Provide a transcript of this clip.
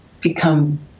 become